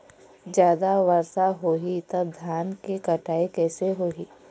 जादा वर्षा होही तब धान के कटाई कैसे होही?